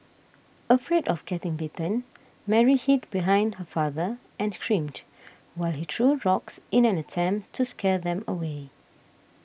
afraid of getting bitten Mary hid behind her father and screamed while he threw rocks in an attempt to scare them away